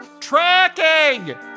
Tracking